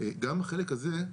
גם החלק הזה,